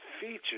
features